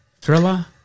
Thriller